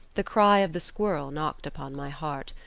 the cry of the squirrel knocked upon my heart.